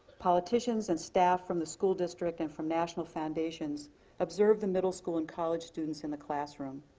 politicians and staff from the school district and from national foundations observed the middle school and college students in the classroom.